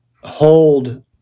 hold